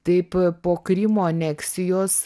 taip po krymo aneksijos